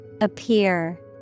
Appear